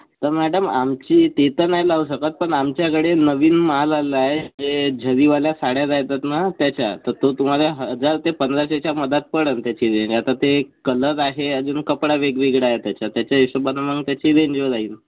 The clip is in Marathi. आता मॅडम आमची ती तर नाही लावू शकत पण आमच्याकडे नवीन माल आलाय जे जरीवाल्या साड्या राहतात ना त्याच्या तर तो तुम्हाला हजार ते पंधराशेच्या मध्यात पडेल आता त्याची रेंज आता ते कलर आहे अजून कपडा वेगवेगळा आहे त्याच्यात त्याच्या हिशोबाने मग त्याची रेंज राहील